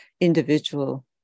individual